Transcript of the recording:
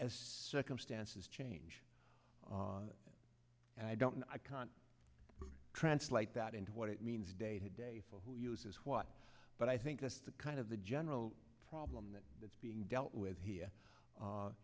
as circumstances change and i don't i can't translate that into what it means day to day for who uses what but i think that's the kind of the general problem that that's being dealt with here